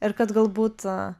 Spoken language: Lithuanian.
ir kad galbūt